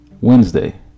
Wednesday